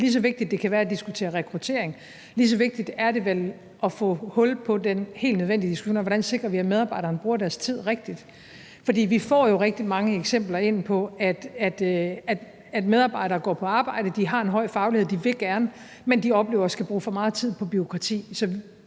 lige så vigtigt det kan være at diskutere rekruttering, lige så vigtigt er det vel at få hul på den helt nødvendige diskussion af, hvordan vi sikrer, at medarbejderne bruger deres tid rigtigt. For vi får jo rigtig mange eksempler ind på, at medarbejdere, som går på arbejde, som har en høj faglighed, og som gerne vil, oplever at skulle bruge for meget tid på bureaukrati.